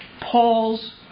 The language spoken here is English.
Paul's